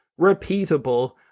repeatable